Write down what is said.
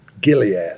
Gilead